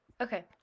Okay